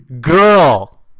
Girl